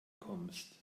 kommst